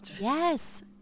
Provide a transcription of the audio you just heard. Yes